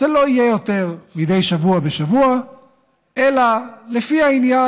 זה לא יהיה יותר מדי שבוע בשבוע אלא לפי העניין,